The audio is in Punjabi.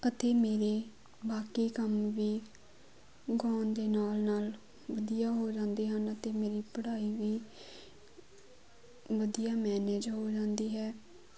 ਅਤੇ ਮੇਰੇ ਬਾਕੀ ਕੰਮ ਵੀ ਗਾਉਣ ਦੇ ਨਾਲ ਨਾਲ ਵਧੀਆ ਹੋ ਜਾਂਦੇ ਹਨ ਅਤੇ ਮੇਰੀ ਪੜ੍ਹਾਈ ਵੀ ਵਧੀਆ ਮੈਨੇਜ ਹੋ ਜਾਂਦੀ ਹੈ